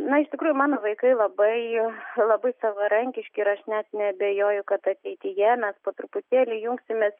na iš tikrųjų mano vaikai labai labai savarankiški ir aš net neabejoju kad ateityje mes po truputėlį jungsimės